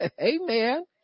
Amen